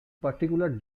particular